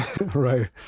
right